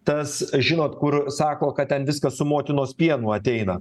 tas žinot kur sako kad ten viskas su motinos pienu ateina